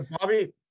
Bobby